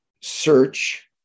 search